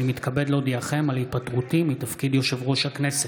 אני מתכבד להודיעכם על התפטרותי מתפקיד יושב-ראש הכנסת.